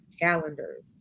calendars